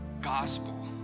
gospel